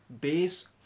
base